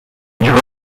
durant